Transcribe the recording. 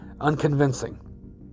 unconvincing